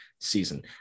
season